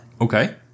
Okay